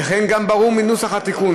וכך גם ברור מנוסח התיקון.